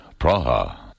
Praha